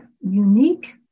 unique